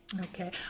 Okay